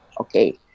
Okay